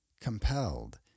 Compelled